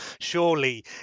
Surely